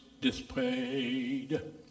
displayed